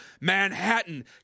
Manhattan